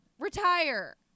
Retire